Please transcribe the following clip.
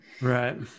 Right